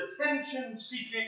attention-seeking